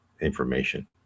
information